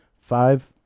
five